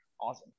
awesome